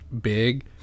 big